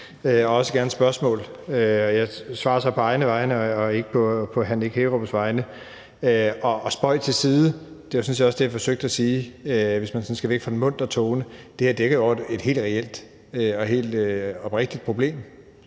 og også gerne spørgsmål, og jeg svarer så på egne vegne og ikke på hr. Nick Hækkerups vegne. Og spøg til side. Det var sådan set også det, jeg forsøgte at sige, hvis man sådan skal væk fra den muntre tone, altså at det her dækker over et helt reelt og et helt oprigtigt problem.